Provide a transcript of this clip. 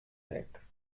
deck